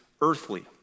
earthly